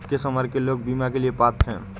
किस उम्र के लोग बीमा के लिए पात्र हैं?